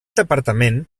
departament